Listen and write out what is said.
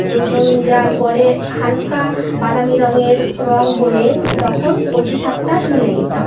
রসুন দেওয়ার পরে হালকা বাদামি রঙের রঙ হলে তখন কচু শাকটা তুলে নিতাম